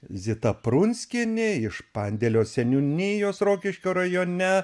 zita prunskienė iš pandėlio seniūnijos rokiškio rajone